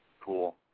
Cool